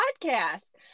podcast